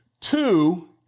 Two